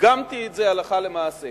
והדגמתי את זה הלכה למעשה